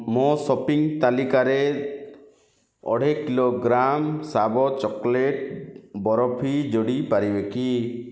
ମୋ ସପିଂ ତାଲିକାରେ ଅଢ଼େଇ କିଲୋଗ୍ରାମ୍ ଶାବ ଚକୋଲେଟ୍ ବରଫି ଯୋଡ଼ି ପାରିବେ କି